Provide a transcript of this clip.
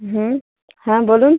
হুম হ্যাঁ বলুন